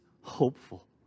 hopeful